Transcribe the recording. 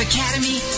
Academy